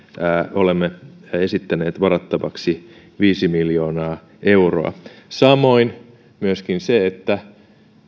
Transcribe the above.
olemme esittäneet varattavaksi viisi miljoonaa euroa samoin siinä myöskin siihen että